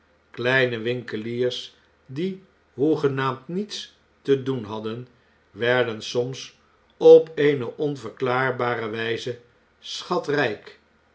kleine winkeliers die hoegenaamd niets te doen hadden werden soms op eene onverklaarbare wjjze schatrnk